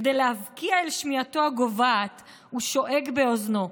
וכדי להבקיע אל שמיעתו הגוועת הוא שואג באוזנו: